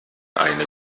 eine